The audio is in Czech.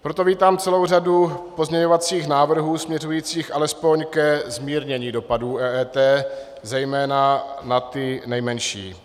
Proto vítám celou řadu pozměňovacích návrhů směřujících alespoň ke zmírnění dopadů EET, zejména na ty nejmenší.